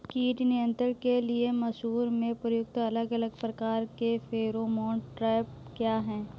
कीट नियंत्रण के लिए मसूर में प्रयुक्त अलग अलग प्रकार के फेरोमोन ट्रैप क्या है?